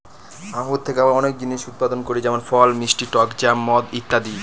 আঙ্গুর থেকে আমরা অনেক জিনিস উৎপাদন করি যেমন ফল, মিষ্টি টক জ্যাম, মদ ইত্যাদি